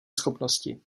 schopnosti